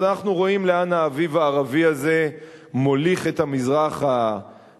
אז אנחנו רואים לאן האביב הערבי הזה מוליך את המזרח התיכון.